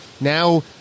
now